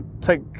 take